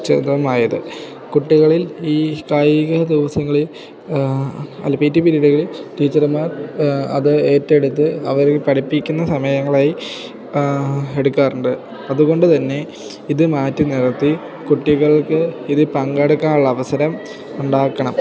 ചേതമായത് കുട്ടികളിൽ ഈ കായിക ദിവസങ്ങളിൽ അല്ല പി ടി പിരീഡുകളിൽ ടീച്ചർമാർ അത് ഏറ്റെടുത്ത് അവര് പഠിപ്പിക്കുന്ന സമയങ്ങളായി എടുക്കാറുണ്ട് അതുകൊണ്ട് തന്നെ ഇത് മാറ്റി നിർത്തി കുട്ടികൾക്ക് ഇതിൽ പങ്കെടുക്കാനുള്ള അവസരം ഉണ്ടാക്കണം